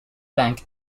bank